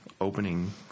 opening